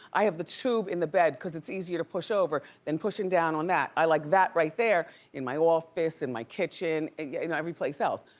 i have the tube in the bed cause it's easier to push over than pushin down on that. i like that right there in my office, in my kitchen, in yeah you know every place else.